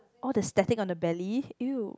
all the static on the belly !eww!